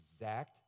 exact